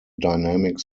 dynamic